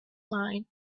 mind